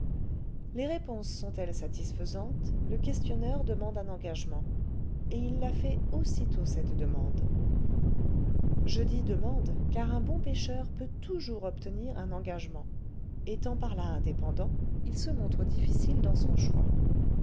les réponses sont-elles satisfaisantes le questionneur demande un engagement et il la fait aussitôt cette demande je dis demande car un bon pêcheur peut toujours obtenir un engagement étant par là indépendant il se montre difficile dans son choix